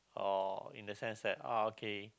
or in the sense that okay